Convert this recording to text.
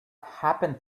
happened